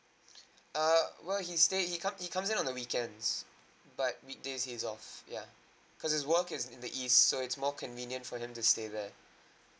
err well he stay he come he comes in on the weekends but weekdays he's off ya cause his work is in the east so it's more convenient for him to stay there